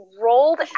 rolled